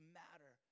matter